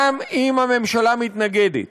גם אם הממשלה מתנגדת.